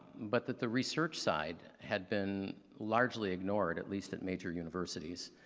but that the research side had been largely ignored at least at major universities.